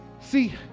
See